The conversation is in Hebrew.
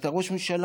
ואתה ראש ממשלה,